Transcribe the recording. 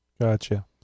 Gotcha